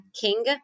king